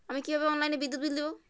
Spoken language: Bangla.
আমি কিভাবে অনলাইনে বিদ্যুৎ বিল দেবো?